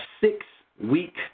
six-week